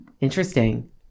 Interesting